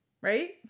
Right